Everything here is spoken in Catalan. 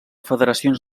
federacions